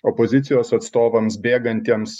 opozicijos atstovams bėgantiems